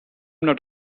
not